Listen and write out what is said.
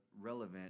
relevant